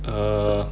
err